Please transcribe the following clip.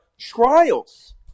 trials